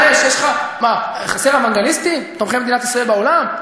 מה, חסר אוונגליסטים תומכי מדינת ישראל בעולם?